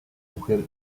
mujer